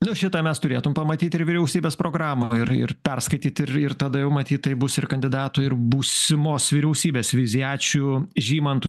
nu šitą mes turėtum pamatyt ir vyriausybės programą ir ir perskaityt ir ir tada jau matyt tai bus ir kandidatų ir būsimos vyriausybės vizija ačiū žymant